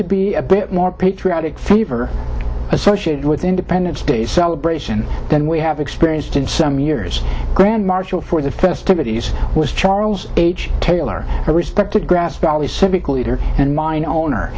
to be a bit more patriotic fever associated with independence day celebration than we have experienced in some years grand marshal for the festivities was charles h taylor a respected grass valley civic leader and mine owner